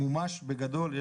מומש בגדול.